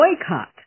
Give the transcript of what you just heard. boycott